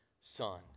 Son